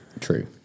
True